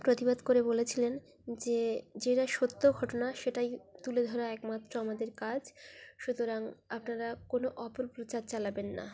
প্রতিবাদ করে বলেছিলেন যে যেটা সত্য ঘটনা সেটাই তুলে ধরা একমাত্র আমাদের কাজ সুতরাং আপনারা কোনো অপপ্রচার চালাবেন না